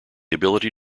ability